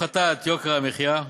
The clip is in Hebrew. הפחתת יוקר המחיה.